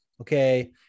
okay